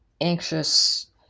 anxious